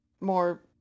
more